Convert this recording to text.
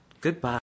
Goodbye